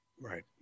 right